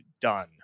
done